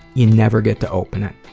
you never get to open it.